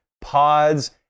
pods